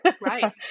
Right